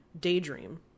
Daydream